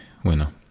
Bueno